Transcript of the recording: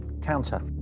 counter